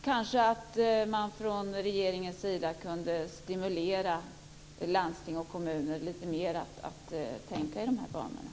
Kanske att man från regeringens sida kunde stimulera landsting och kommuner lite mer att tänka i de banorna.